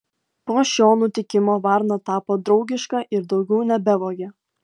po šio nutikimo varna tapo draugiška ir daugiau nebevogė